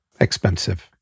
expensive